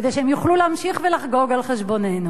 כדי שהן יוכלו להמשיך ולחגוג על חשבוננו?